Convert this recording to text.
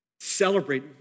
Celebrate